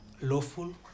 lawful